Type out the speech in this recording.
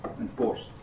enforced